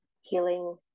healing